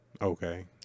Okay